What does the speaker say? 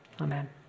amen